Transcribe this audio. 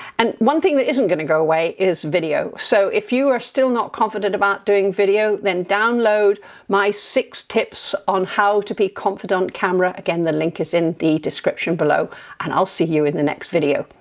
and one thing that isn't going to go away is video, so if you are still not confident about doing video, then download my six tips on how to be confident on camera. again the link is in the description below and i'll see you in the next video.